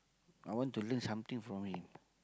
I want to learn something from him